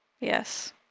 Yes